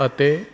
ਅਤੇ